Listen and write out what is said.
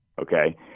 okay